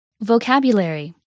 Vocabulary